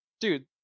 Dude